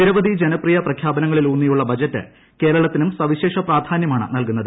നിരവധി ജനപ്രിയ പ്രഖ്യാപനങ്ങളിലൂന്നിയുള്ള ബജറ്റ് കേരളത്തിനും സവിശേഷ പ്രാധാന്യമാണ് നൽകുന്നത്